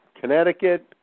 Connecticut